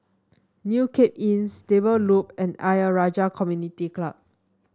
New Cape Inn Stable Loop and Ayer Rajah Community Club